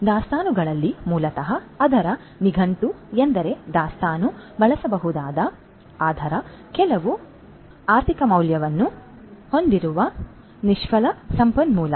ಆದ್ದರಿಂದ ದಾಸ್ತಾನುಗಳಲ್ಲಿ ಮೂಲತಃ ಅದರ ನಿಘಂಟು ಎಂದರೆ ದಾಸ್ತಾನು ಬಳಸಬಹುದಾದ ಆದರೆ ಕೆಲವು ಆರ್ಥಿಕ ಮೌಲ್ಯವನ್ನು ಹೊಂದಿರುವ ನಿಷ್ಫಲ ಸಂಪನ್ಮೂಲ